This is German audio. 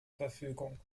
verfügung